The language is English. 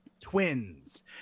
twins